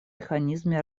механизме